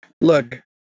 Look